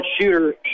shooter